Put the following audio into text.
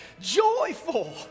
joyful